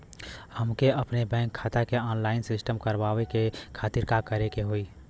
हमके अपने बैंक खाता के ऑनलाइन सिस्टम करवावे के खातिर का करे के होई?